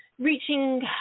reaching